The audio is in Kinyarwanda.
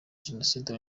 genocide